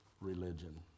religion